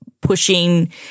pushing